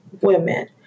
women